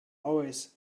always